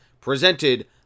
presented